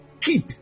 keep